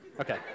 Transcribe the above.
Okay